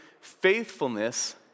faithfulness